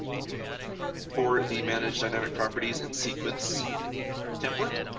for the manage dynamic properties in sequence template,